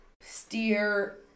steer